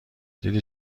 دیدی